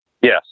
Yes